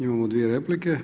Imamo dvije replike.